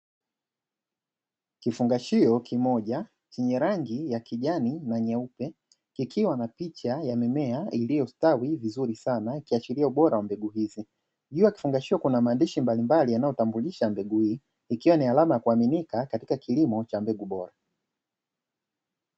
Kifungashio kimoja chenye rangi ya kijani na nyeupe kikiwa na picha ya mimea iliyo stawi vizuri sana ikiashiria ubora wa mbegu hizi , juu ya kifungashio kuna maandishi mbalimbali yanayo tambulisha mbegu hii ikiwa ni alama yakuaminika katika kilimo cha mbegu bora.